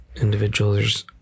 Individuals